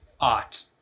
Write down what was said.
Art